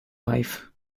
life